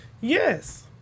yes